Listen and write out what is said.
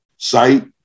Sight